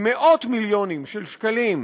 במאות מיליונים של שקלים,